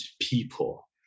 people